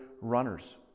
runners